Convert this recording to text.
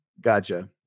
Gotcha